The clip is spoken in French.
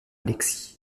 alexis